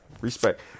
Respect